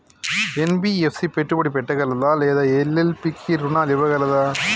NBFC పెట్టుబడి పెట్టగలదా లేదా ఎల్.ఎల్.పి కి రుణాలు ఇవ్వగలదా?